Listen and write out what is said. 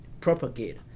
propagate